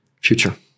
Future